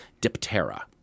Diptera